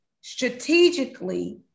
strategically